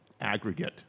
aggregate